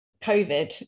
COVID